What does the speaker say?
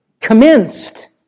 commenced